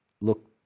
look